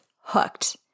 hooked